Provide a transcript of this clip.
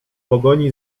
pogoni